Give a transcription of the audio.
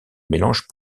mélange